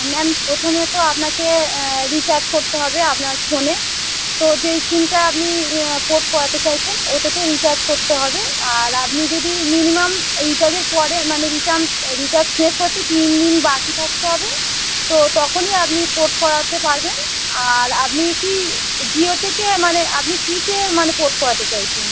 ma'am প্রথমে তো আপনাকে রিচার্জ করতে হবে আপনার ফোনে তো যেই সিমটা আপনি পোর্ট করাতে চাইছেন ওটাতেও রিচার্জ করতে হবে আর আপনি যদি মিনিমাম রিচার্জের পরে মানে রিটার্ন রিচার্জ শেষ হতে তিন দিন বাকি থাকতে হবে তো তখনই আপনি পোর্ট করাতে পারবেন আর আপনি কি জিও থেকে মানে আপনি কীসে মানে পোর্ট করাতে চাইছেন